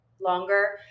longer